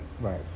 Right